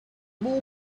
more